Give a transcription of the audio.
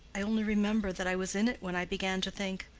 i only remember that i was in it when i began to think,